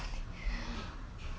想吃麦片鸡